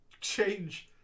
change